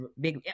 big